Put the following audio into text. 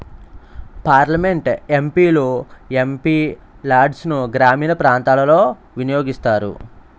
parliament MP లు MP లాడ్సును గ్రామీణ ప్రాంతాలలో వినియోగిస్తారు